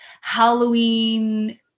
Halloween